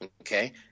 Okay